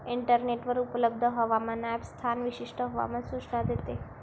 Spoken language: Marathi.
इंटरनेटवर उपलब्ध हवामान ॲप स्थान विशिष्ट हवामान सूचना देते